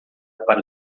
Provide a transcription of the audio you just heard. para